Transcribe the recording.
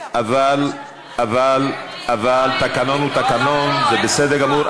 אבל תקנון הוא תקנון, זה בסדר גמור.